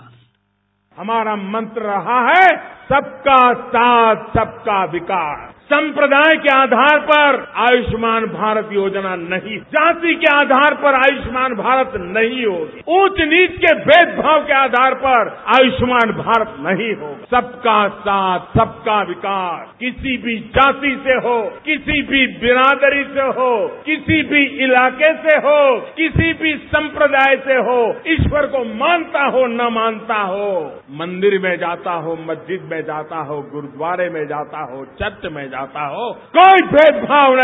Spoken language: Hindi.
बाईट हमारा मंत्र रहा है सबका साथ सबका विकास सम्प्रदाय के आधार पर आयुष्मान भारत योजना नहीं है जाति के आधार पर आयुष्मान भारत नहीं है ऊंच नीच के भेद भाव के आधार पर आयुष्मान भारत नहीं है सबका साथ सबका विकास किसी भी जाति से हो किसी भी बिरादरी से हो किसी भी इलाके से हो किसी भी सम्प्रदाय से हो ईश्वर को मानता हो या न मानता हो मंदिर में जाता हो मस्जिद में जाता हो गुरूद्वारे में जाता हो चर्च में जाता हो कोई भेद भाव नहीं